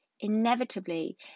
inevitably